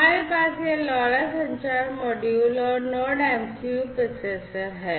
हमारे पास यह LoRa संचार मॉड्यूल और Node MCU प्रोसेसर है